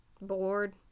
Bored